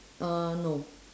uh no